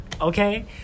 Okay